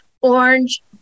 Orange